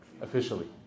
officially